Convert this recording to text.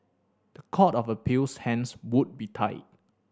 the Court of Appeal's hands would be tied